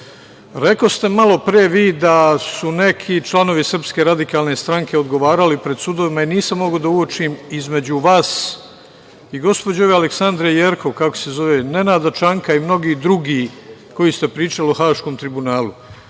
bitno. Rekoste malopre vi da su neki članovi SRS odgovarali pred sudovima i nisam mogao da uočim između vas i gospođe Aleksandre Jerkov, kako se zove, Nenada Čanka i mnogih drugih, koji ste pričali o Haškom tribunalu.